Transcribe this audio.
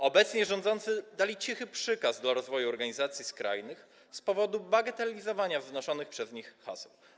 Obecnie rządzący dali ciche przyzwolenie na rozwój organizacji skrajnych z powodu bagatelizowania wznoszonych przez nie haseł.